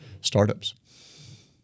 startups